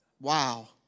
Wow